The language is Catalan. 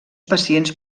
pacients